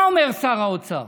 מה אומר שר האוצר?